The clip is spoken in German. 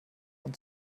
und